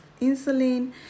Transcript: insulin